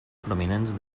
prominents